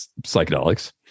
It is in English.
psychedelics